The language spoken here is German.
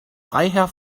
freiherr